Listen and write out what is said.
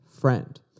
friend